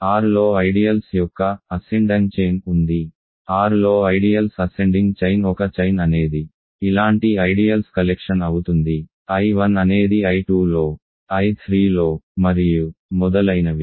R లో ideals యొక్క ఆరోహణ గొలుసు ఉంది R లో ఐడియల్స్ అసెండింగ్ చైన్ ఒక చైన్ అనేది ఇలాంటి ఐడియల్స్ కలెక్షన్ అవుతుంది I1 అనేది I2లో I3లో మరియు మొదలైనవి